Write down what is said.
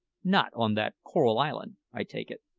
not on that coral island, i take it?